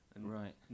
Right